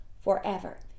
forever